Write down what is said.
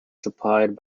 supplied